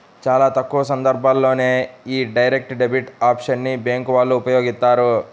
చాలా తక్కువ సందర్భాల్లోనే యీ డైరెక్ట్ డెబిట్ ఆప్షన్ ని బ్యేంకు వాళ్ళు ఉపయోగిత్తారు